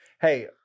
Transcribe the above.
Hey